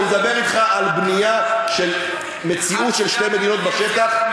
אני מדבר אתך על בנייה של מציאות של שתי מדינות בשטח.